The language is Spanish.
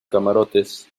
camarotes